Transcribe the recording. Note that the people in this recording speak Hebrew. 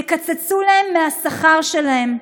יקצצו להם מהשכר שלהם.